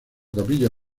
capilla